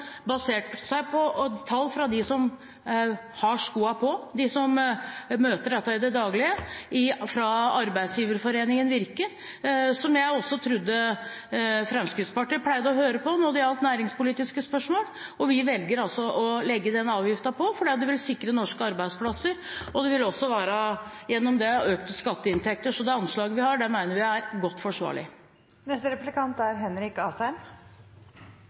basert oss på tall fra dem som har skoen på og vet hvor den trykker – de som møter dette i det daglige, fra arbeidsgiverforeningen Virke, som jeg trodde også Fremskrittspartiet pleide å høre på når det gjaldt næringspolitiske spørsmål. Vi velger altså å pålegge den avgiften fordi det vil sikre norske arbeidsplasser. Det vil også, gjennom det, være økte skatteinntekter, så det anslaget vi har, mener vi er godt forsvarlig. Vi kan ikke helt slippe denne inndekningen, for det er